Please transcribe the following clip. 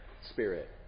spirit